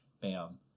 bam